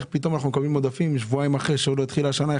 איך פתאום אנחנו מקבלים עודפים שבועיים אחרי שלא התחילה השנה,